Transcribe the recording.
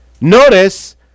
notice